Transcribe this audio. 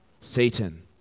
Satan